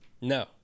No